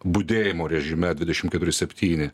budėjimo režime dvidešim keturi septyni